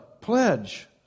pledge